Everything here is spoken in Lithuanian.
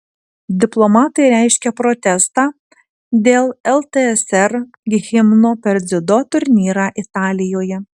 diplomatai reiškia protestą dėl ltsr himno per dziudo turnyrą italijoje